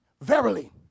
verily